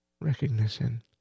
recognition